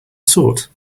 sort